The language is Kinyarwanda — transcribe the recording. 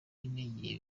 igihe